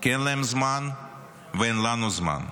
כי אין להם זמן ואין לנו זמן.